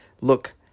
look